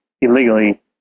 illegally